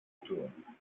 του